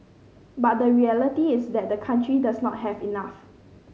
but the reality is that the country does not have enough